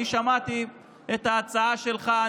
שמעתי את ההצעה שלך.